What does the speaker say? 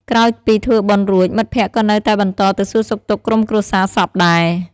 ក្រោយពីធ្វើបុណ្យរួច មិត្តភក្តិក៏នៅតែបន្តទៅសួរសុខទុក្ខក្រុមគ្រួសារសពដែរ។